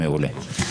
מעולה.